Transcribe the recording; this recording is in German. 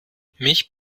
mich